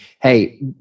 hey